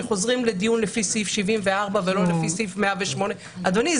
שחוזרים לדיון לפי סעיף 74 ולא לפי סעיף 108. אדוני,